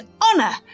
honor